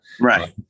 Right